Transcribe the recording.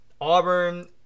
Auburn